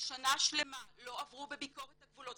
ששנה שלמה לא עברו בביקורת הגבולות,